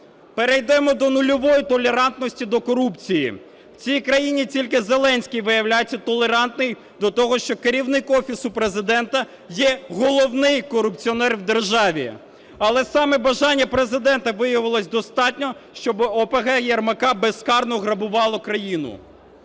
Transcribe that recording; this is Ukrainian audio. Перейдемо до нульової толерантності до корупції. В цій країні тільки Зеленський, виявляється, толерантний до того, що Керівник Офісу Президенту є головний корупціонер в державі. Але саме бажання Президента виявилось достатньо, щоб ОПГ Єрмака безкарно грабувало країну.